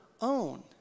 own